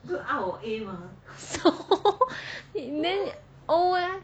so it meant 欧 leh